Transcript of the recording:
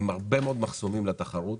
עם הרבה מאוד מחסומים בתחרות.